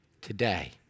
today